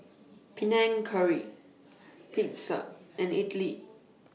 Panang Curry Pizza and Idili